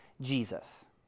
Jesus